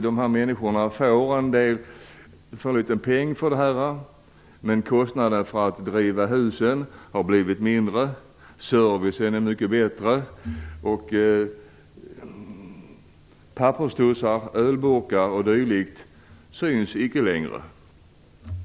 Det har inneburit att de får en liten peng för detta, men kostnaderna för att driva husen har blivit mindre, servicen är mycket bättre och papperstussar, ölburkar, o.d. syns icke längre.